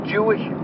Jewish